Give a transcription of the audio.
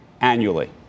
annually